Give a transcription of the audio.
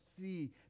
see